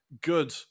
good